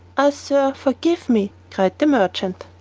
ah, sir, forgive me! cried the merchant.